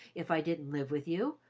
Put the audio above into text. if i didn't live with you.